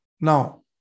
now